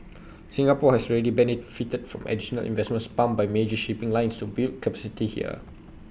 Singapore has already benefited from additional investments pumped by major shipping lines to build capacity here